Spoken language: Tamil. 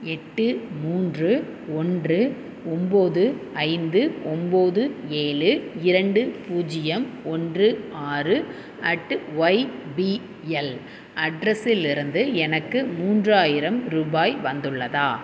எட்டு மூன்று ஒன்று ஒன்போது ஐந்து ஒன்போது ஏழு இரண்டு பூஜ்யம் ஒன்று ஆறு அட் ஒய்பிஎல் அட்ரஸில் இருந்து எனக்கு மூன்றாயிரம் ரூபாய் வந்துள்ளதா